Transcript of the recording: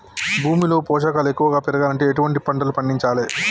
భూమిలో పోషకాలు ఎక్కువగా పెరగాలంటే ఎటువంటి పంటలు పండించాలే?